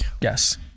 yes